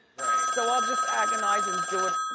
so i'll just agonize and do it,